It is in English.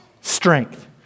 strength